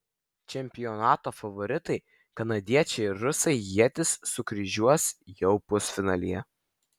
čempionato favoritai kanadiečiai ir rusai ietis sukryžiuos jau pusfinalyje